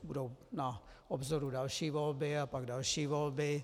Budou na obzoru další volby a pak další volby.